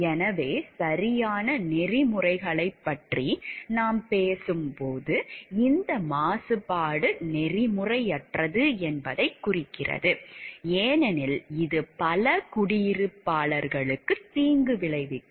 எனவே சரியான நெறிமுறைகளைப் பற்றி நாம் பேசும்போது இந்த மாசுபாடு நெறிமுறையற்றது என்பதைக் குறிக்கிறது ஏனெனில் இது பல குடியிருப்பாளர்களுக்கு தீங்கு விளைவிக்கும்